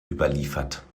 überliefert